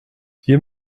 hier